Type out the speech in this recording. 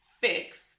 fix